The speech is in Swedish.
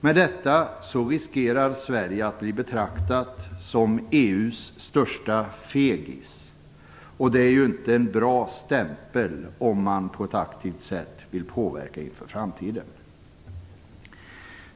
Härigenom riskerar Sverige att bli betraktat som EU:s största fegis, och det är ju inte en bra stämpel om man på ett aktivt sätt vill påverka inför framtiden.